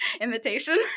invitation